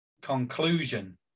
conclusion